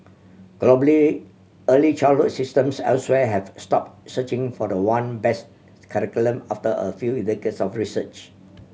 globally early childhood systems elsewhere have stop searching for the one best curriculum after a few in decades of research